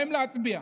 באים להצביע.